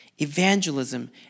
Evangelism